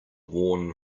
worn